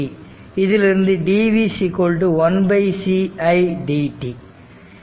இதிலிருந்து dv 1c i dt